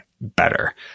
better